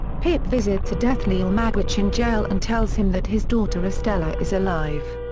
pip visits a deathly ill magwitch in jail and tells him that his daughter estella is alive.